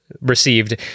received